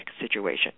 situation